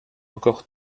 encore